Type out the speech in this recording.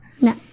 No